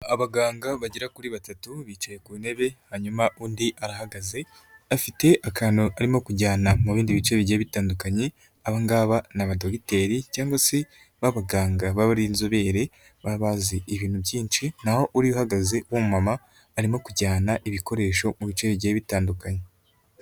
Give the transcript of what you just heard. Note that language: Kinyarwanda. Abaganga bagera kuri batatu bicaye ku ntebe, hanyuma undi arahagaze afite akantu arimo kujyana mu bindi bice bigiye bitandukanye, aba ngaba ni abadogiteri cyangwa se b'abaganga baba ari inzobere baba bazi ibintu byinshi naho uriya uhagaze w'umumama arimo kujyana ibikoresho mu bice bigiye bitandukanye.